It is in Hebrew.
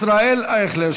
ישראל אייכלר,